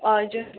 हजुर